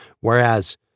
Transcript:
Whereas